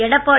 Edappadi